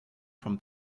from